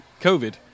covid